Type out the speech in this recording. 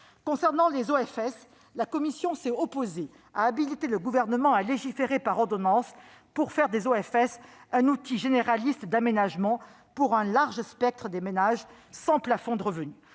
Concernant les OFS, la commission s'est opposée à habiliter le Gouvernement à légiférer par ordonnance en vue de faire de ces organismes un outil généraliste d'aménagement pour un large spectre de ménages, sans plafond de revenus.